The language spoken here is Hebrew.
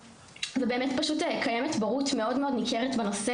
באמת פשוט קיימת בורות מאוד מאוד ניכרת בנושא,